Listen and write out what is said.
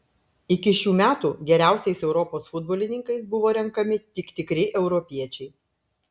iki šių metų geriausiais europos futbolininkais buvo renkami tik tikri europiečiai